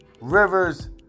Rivers